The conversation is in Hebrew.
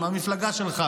גם מהמפלגה שלך,